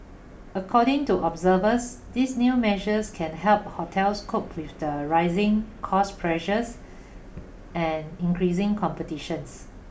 according to observers these new measures can help hotels cope with the rising cost pressures and increasing competitions